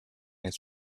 his